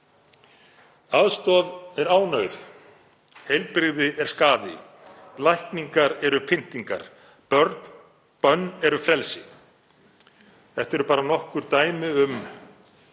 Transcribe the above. Aðstoð er ánauð. Heilbrigði er skaði. Lækningar eru pyndingar. Bönn eru frelsi. Þetta eru bara nokkur dæmi um